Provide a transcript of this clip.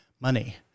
money